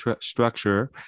structure